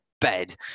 bed